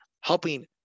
helping